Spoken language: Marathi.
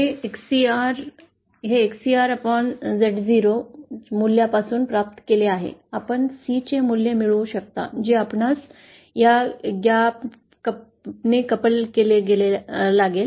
हे XcrZ0 हे XcrZ0 मूल्य पासून प्राप्त केले आहे आपण C चे मूल्य मिळवू शकता जे आपणास या ग्याप नेात जोडावा लागेल